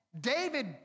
David